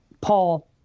Paul